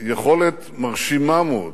יכולת מרשימה מאוד,